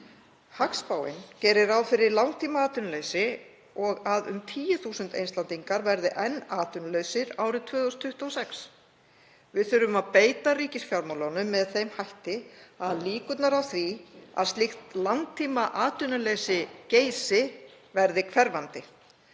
Hagspáin gerir ráð fyrir langtímaatvinnuleysi og að um 10.000 Íslendingar verði enn atvinnulausir árið 2026. Við þurfum að beita ríkisfjármálunum með þeim hætti að líkurnar á því að slíkt langtímaatvinnuleysi geysi verði hverfandi.